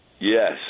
yes